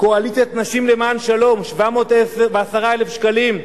"קואליציית נשים לשלום" 710,000 שקלים,